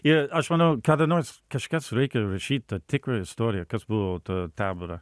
ir aš manau kada nors kažkas reikia rašyt tą tikrą istoriją kas buvo ta tabora